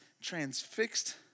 transfixed